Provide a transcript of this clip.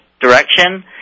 direction